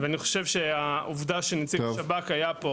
ואני חושב שהעובדה שנציג השב"כ היה פה